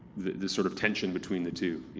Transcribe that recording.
this sort of tension between the two,